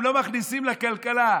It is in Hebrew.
הם לא מכניסים לכלכלה.